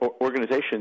organizations